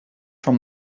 from